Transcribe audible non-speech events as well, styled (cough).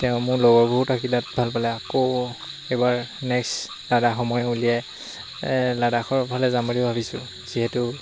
তেওঁ মোৰ লগৰবোৰো থাকি তাত ভাল পালে আকৌ এইবাৰ নেক্সট (unintelligible) সময় উলিয়াই লাদাখৰফালে যাম বুলিও ভাবিছোঁ যিহেতু